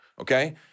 okay